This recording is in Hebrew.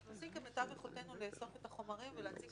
אנחנו עושים כמיטב יכולתנו לאסוף את החומרים ולהציג